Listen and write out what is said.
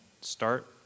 start